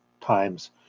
times